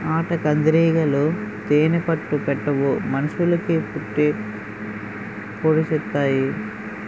ఆటకందిరీగలు తేనే పట్టు పెట్టవు మనుషులకి పొడిసెత్తాయి